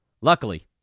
Luckily